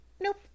nope